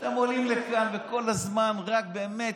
אתם עולים לכאן, וכל הזמן רק, באמת,